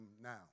now